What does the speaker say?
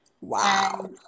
Wow